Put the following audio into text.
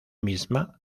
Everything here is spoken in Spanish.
misma